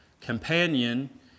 companion